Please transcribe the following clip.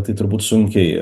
tai turbūt sunkiai